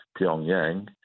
pyongyang